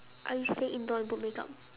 I stay indoor and put makeup